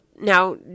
now